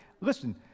Listen